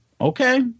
okay